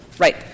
Right